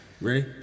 Ready